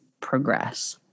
progress